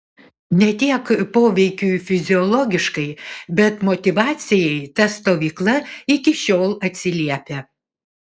ne tiek poveikiui fiziologiškai bet motyvacijai ta stovykla iki šiol atsiliepia